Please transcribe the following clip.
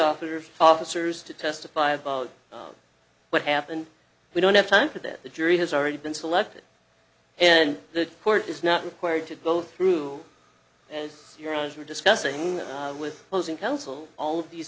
officers officers to testify about what happened we don't have time for that the jury has already been selected and the court is not required to both through and your eyes are discussing with closing counsel all of these